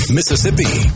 Mississippi